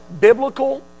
biblical